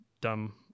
dumb